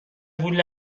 وول